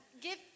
give